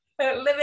Living